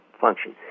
function